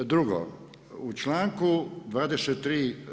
Drugo u članku 23.